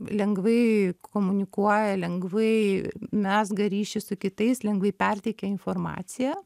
lengvai komunikuoja lengvai mezga ryšį su kitais lengvai perteikia informaciją